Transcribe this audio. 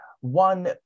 one